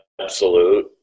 absolute